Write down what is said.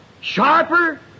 sharper